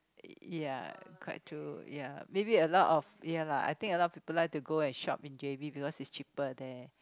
ya quite true ya maybe a lot of ya lah I think a lot of people like to go and shop in j_b because it's cheaper there